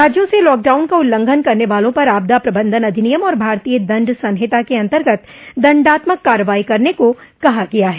राज्यों से लॉकडाउन का उल्लंघन करने वालों पर आपदा प्रबंधन अधिनियम और भारतीय दंड संहिता के अंतर्गत दंडात्मक कार्रवाई करने को कहा गया है